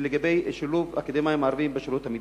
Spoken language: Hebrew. בשילוב אקדמאים ערבים בשירות המדינה.